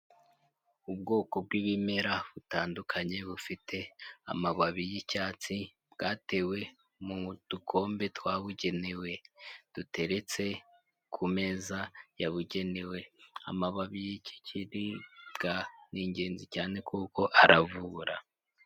Ubwoko bw'ibimera butandukanye bufite amababi y'icyatsi, bwatewe mu dukombe twabugenewe, duteretse ku meza yabugenewe, amababi y'iki kiribwa ni ingenzi cyane kuko aravura.